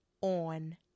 on